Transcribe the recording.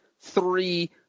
three